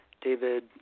David